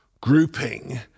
grouping